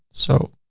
so